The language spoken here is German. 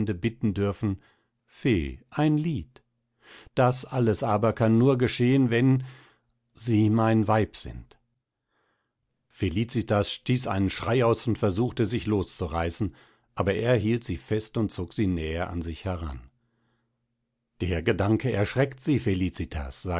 bitten dürfen fee ein lied das alles aber kann nur geschehen wenn sie mein weib sind felicitas stieß einen schrei aus und versuchte sich loszureißen aber er hielt sie fest und zog sie näher an sich heran der gedanke erschreckt sie felicitas